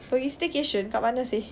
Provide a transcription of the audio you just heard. but you staycation kat mana seh